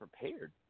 prepared